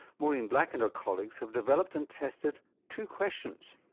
maureen black and her colleagues have developed and tested two questions.